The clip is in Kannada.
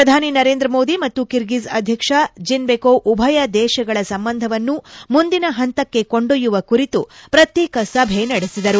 ಪ್ರಧಾನಿ ನರೇಂದ್ರ ಮೋದಿ ಮತ್ತು ಕಿರ್ಗಿಜ್ ಅಧ್ಯಕ್ಷ ಜೀನ್ಬೆಕೋವ್ ಉಭಯ ದೇಶಗಳ ಸಂಬಂಧವನ್ನು ಮುಂದಿನ ಪಂತಕ್ಕೆ ಕೊಂಡೊಯ್ಯುವ ಕುರಿತು ಪ್ರತ್ಯೇಕ ಸಭೆ ಸಡೆಸಿದರು